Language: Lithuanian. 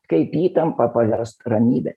kaip įtampą paverst ramybe